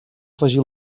afegir